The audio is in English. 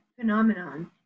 phenomenon